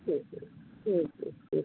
হুম হুম হুম হুম হুম